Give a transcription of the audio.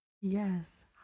Yes